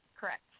correct